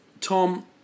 Tom